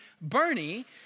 Bernie